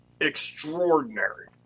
extraordinary